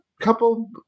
couple